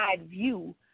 view